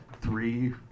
Three